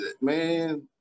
Man